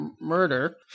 murder